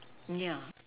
yeah